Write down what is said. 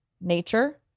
nature